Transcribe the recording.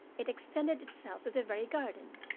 it extended itself to the very garden,